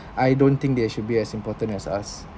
I don't think they should be as important as us